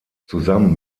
zusammen